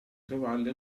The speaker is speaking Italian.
cavalli